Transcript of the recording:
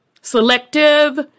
selective